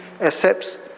accepts